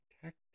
protect